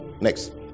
Next